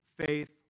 faith